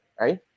right